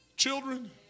children